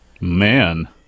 Man